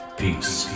peace